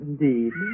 Indeed